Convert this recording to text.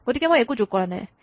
গতিকে মই একো যোগ নাই কৰা